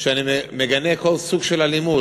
שאני מגנה כל סוג של אלימות.